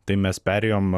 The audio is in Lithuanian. tai mes perėjom